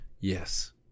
yes